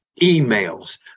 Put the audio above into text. emails